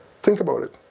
think about it.